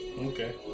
Okay